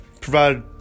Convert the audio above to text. provide